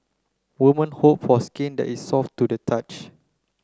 women hope for skin that is soft to the touch